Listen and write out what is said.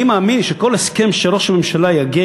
אני מאמין שכל הסכם שראש הממשלה יגיע